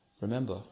Remember